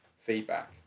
feedback